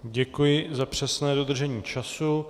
Děkuji za přesné dodržení času.